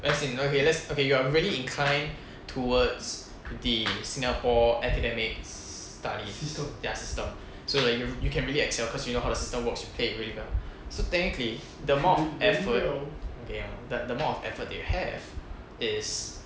as in okay let's okay you're really inclined towards the singapore academics studies their system so that you ru~ you can really excel cause you know how the system works you play it really well so technically the amount of effort okay um the the amount of effort they have is